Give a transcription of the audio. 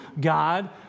God